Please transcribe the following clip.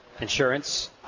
insurance